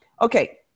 Okay